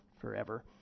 forever